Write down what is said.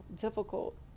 difficult